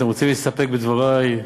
אתם רוצים להסתפק בדברי?